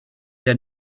der